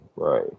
Right